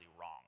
wrong